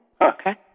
Okay